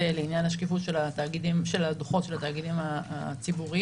לעניין השקיפות של הדו"חות של התאגידים הציבוריים.